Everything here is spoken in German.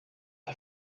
der